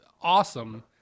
awesome